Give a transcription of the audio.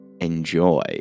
Enjoy